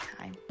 time